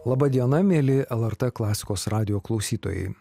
laba diena mieli lrt klasikos radijo klausytojai